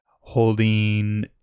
Holding